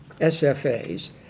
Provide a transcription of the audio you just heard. SFAs